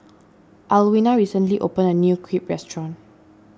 Alwina recently opened a new Crepe restaurant